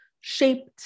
shaped